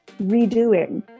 redoing